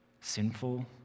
Sinful